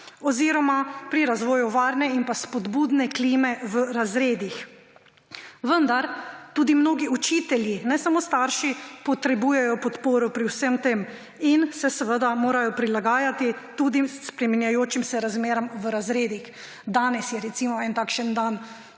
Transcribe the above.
oziroma pri razvoju varne in spodbudne klime v razredih. Vendar tudi mnogi učitelji, ne samo starši, potrebujejo podporo pri vsem tem in se morajo prilagajati tudi spreminjajočim se razmeram v razredih. Danes je recimo en takšen dan,